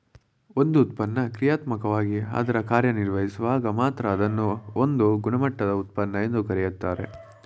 ಒಂದು ಉತ್ಪನ್ನ ಕ್ರಿಯಾತ್ಮಕವಾಗಿ ಅದ್ರ ಕಾರ್ಯನಿರ್ವಹಿಸುವಾಗ ಮಾತ್ರ ಅದ್ನ ಒಂದು ಗುಣಮಟ್ಟದ ಉತ್ಪನ್ನ ಎಂದು ಕರೆಯುತ್ತಾರೆ